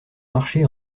marché